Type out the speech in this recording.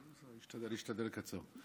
אני אשתדל לקצר.